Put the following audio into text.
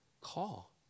call